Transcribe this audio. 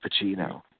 Pacino